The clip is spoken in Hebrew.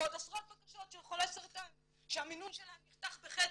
ועוד עשרות בקשות של חולי סרטן שהמינון שלהם נחתך בחצי.